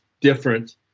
different